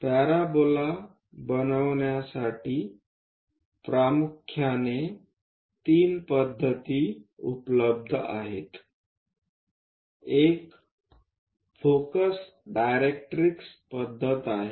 parabola बनवण्यासाठी प्रामुख्याने तीन पद्धती उपलब्ध आहेत एक फोकस डायरेक्ट्रिक्स पद्धत आहे